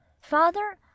Father